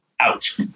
out